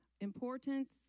importance